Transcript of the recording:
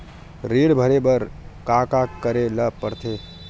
ऋण भरे बर का का करे ला परथे?